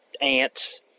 ants